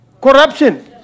Corruption